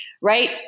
right